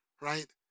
right